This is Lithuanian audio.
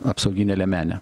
apsauginę liemenę